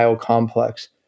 complex